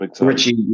Richie